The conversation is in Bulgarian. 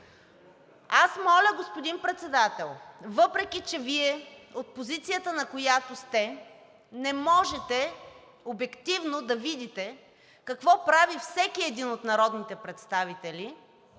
Аз моля, господин Председател, въпреки че Вие от позицията, на която сте, не можете обективно да видите какво прави всеки един от народните представители,